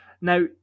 now